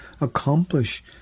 accomplish